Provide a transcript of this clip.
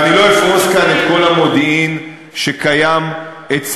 ואני לא אפרוס כאן את כל המודיעין שקיים אצלנו.